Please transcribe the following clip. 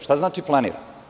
Šta znači planira?